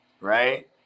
right